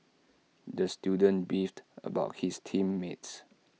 the student beefed about his team mates